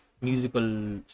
musical